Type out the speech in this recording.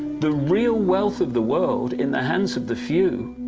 the real wealth of the world in the hands of the few.